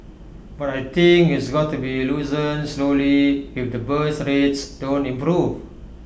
but I think it's got to be loosened slowly if the birth rates don't improve